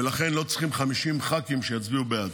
ולכן לא צריכים 50 ח"כים שיצביעו בעד.